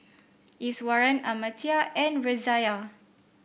Iswaran Amartya and Razia